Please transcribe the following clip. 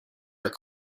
are